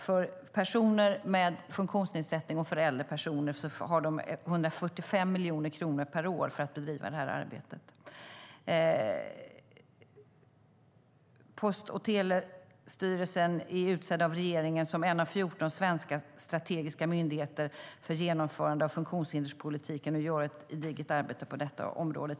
De har 145 miljoner kronor per år för att bedriva det här arbetet för personer med funktionsnedsättning och för äldre personer. Post och telestyrelsen är utsedd av regeringen som en av 14 svenska strategiska myndigheter för genomförande av funktionshinderspolitiken och gör ett gediget arbete på detta område.